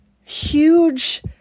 huge